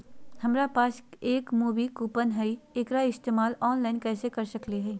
हमरा पास एक मूवी कूपन हई, एकरा इस्तेमाल ऑनलाइन कैसे कर सकली हई?